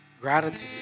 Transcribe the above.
Gratitude